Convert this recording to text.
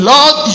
Lord